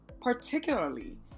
particularly